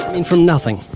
and from nothing.